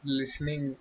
listening